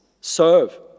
serve